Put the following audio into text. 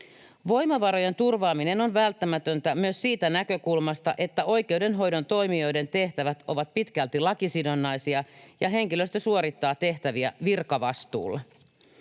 Voimavarojen turvaaminen on välttämätöntä myös siitä näkökulmasta, että oikeudenhoidon toimijoiden tehtävät ovat pitkälti lakisidonnaisia ja henkilöstö suorittaa tehtäviä virkavastuulla.